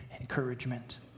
encouragement